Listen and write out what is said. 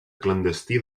clandestí